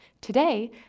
Today